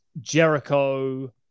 Jericho